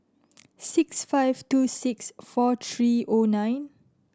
six five two six four three zero nine